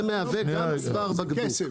זה מהווה גם צוואר בקבוק.